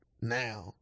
now